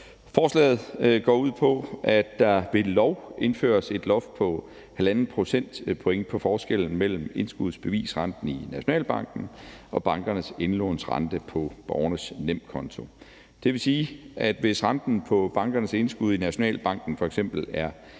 Forslaget går ud på, at der ved lov indføres et loft på 1,5 procentpoint på forskellen mellem indskudsbevisrenten i Nationalbanken og bankernes indlånsrente på borgernes nemkonto. Det vil sige, at hvis renten på bankernes indskud i Nationalbanken f.eks. er 3,5